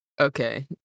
Okay